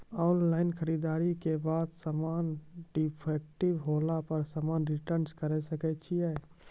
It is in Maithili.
ऑनलाइन खरीददारी के बाद समान डिफेक्टिव होला पर समान रिटर्न्स करे सकय छियै?